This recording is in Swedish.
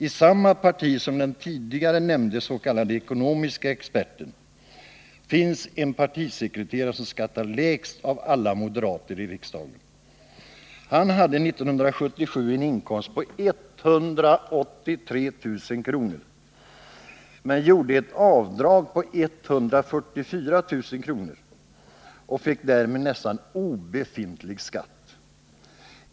I samma parti som den tidigare nämnde s.k. ekonomiske experten finns en partisekreterare som skattar lägst av alla moderater i riksdagen. Han hade 1977 en inkomst på 183 000 kr. men gjorde ett avdrag på 144 000 kr. och fick därmed nästan ingen skatt.